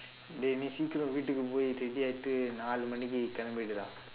dey நீ சீக்கிரம் விட்டுக்கு போய்:nii siikkiram vitdukku pooi ready நாழு மணிக்கு கிளம்பிடுடா:naazhu manikku kilampidudaa